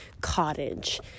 cottage